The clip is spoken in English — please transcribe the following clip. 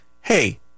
Hey